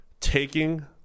taking